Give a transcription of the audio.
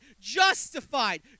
justified